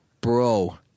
bro